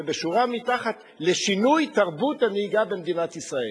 ובשורה מתחת: "לשינוי תרבות הנהיגה במדינת ישראל".